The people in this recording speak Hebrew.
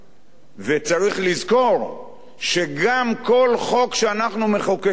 וצריך לזכור שגם כל חוק שאנחנו מחוקקים כאן